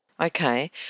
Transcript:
Okay